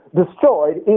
destroyed